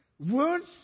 Words